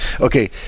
Okay